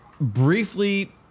briefly